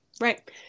right